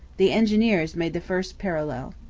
the engineers made the first parallel.